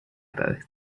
both